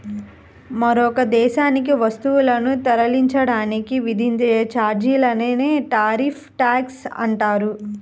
మరొక దేశానికి వస్తువులను తరలించడానికి విధించే ఛార్జీలనే టారిఫ్ ట్యాక్స్ అంటారు